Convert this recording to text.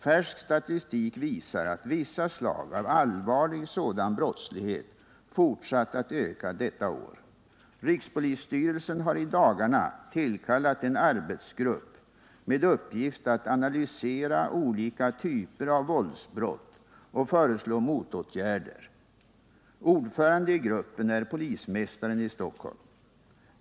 Färsk statistik visar att vissa slag av allvarlig sådan brottslighet fortsatt att öka detta år. Rikspolisstyrelsen har i dagarna tillkallat en arbetsgrupp med uppgift att analysera olika typer av våldsbrott och föreslå motåtgärder. Ordförande i gruppen är polismästaren i Stockholm.